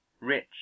rich